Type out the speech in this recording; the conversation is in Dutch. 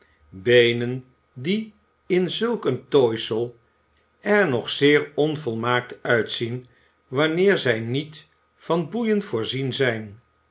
die in zulk een tooisel er nog zeer onvolmaakt uitzien wanneer zij niet van boeien voorzien zijn